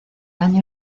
año